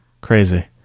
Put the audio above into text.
Crazy